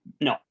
no